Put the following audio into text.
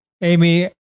Amy